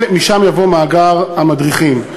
משם יבוא מאגר המדריכים.